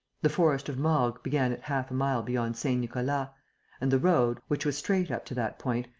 the forest of morgues began at half a mile beyond saint-nicolas and the road, which was straight up to that point,